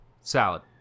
salad